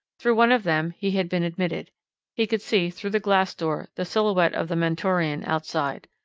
through one of them, he had been admitted he could see, through the glass door, the silhouette of the mentorian outside.